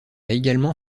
également